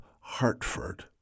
Hartford